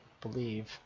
believe